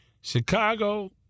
Chicago